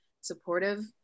supportive